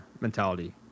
mentality